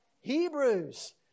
Hebrews